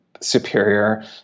superior